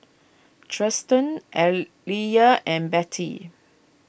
Trystan Aaliyah and Betty